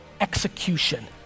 execution